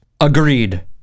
Agreed